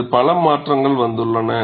இதில் பல மாற்றங்கள் வந்துள்ளன